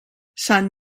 sant